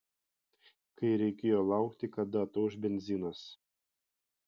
kai reikėjo laukti kada atauš benzinas